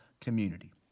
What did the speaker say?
community